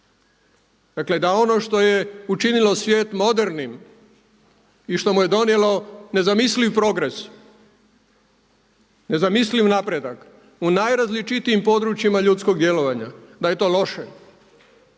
Dakle, da ono što je učinilo svijet modernim i što mu je donijelo nezamisliv progres, nezamisliv napredak u najrazličitijim područjima ljudskog djelovanja da je to loše,